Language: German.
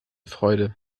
freude